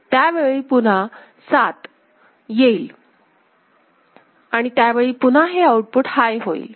त्यावेळी पुन्हा सात येईल त्यावेळी पुन्हा हे आउटपुट हाय होईल